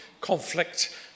conflict